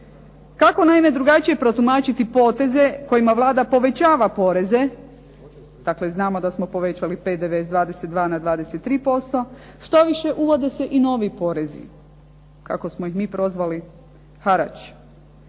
Kako naime drugačije protumačiti poteze kojima Vlada povećava poreze, dakle znamo da smo povećali PDV sa 22 na 23%, što više uvode se i novi porezi, kako smo ih mi prozvali harač.